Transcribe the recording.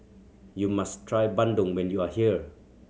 you must try bandung when you are here